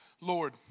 Lord